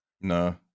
No